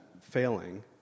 failing